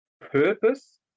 purpose